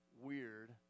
weird